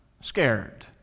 scared